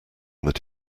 that